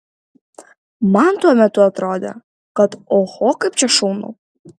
man tuo metu atrodė kad oho kaip čia šaunu